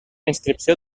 inscripció